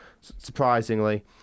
surprisingly